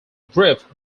group